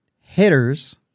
hitters